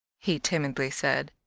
he timidly said.